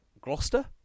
Gloucester